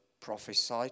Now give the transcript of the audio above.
prophesy